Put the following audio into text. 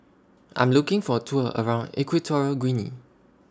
I'm looking For A Tour around Equatorial Guinea